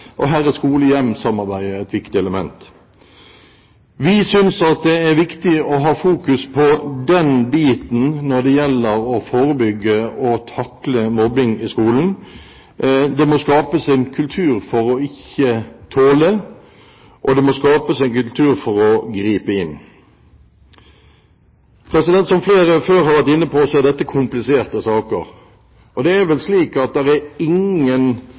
og her er skole–hjem-samarbeidet et viktig element. Vi syns at det er viktig å ha fokus på den biten når det gjelder å forebygge og å takle mobbing i skolen. Det må skapes en kultur for ikke å tåle, og det må skapes en kultur for å gripe inn. Som flere før har vært inne på, er dette kompliserte saker. Det er vel slik at det er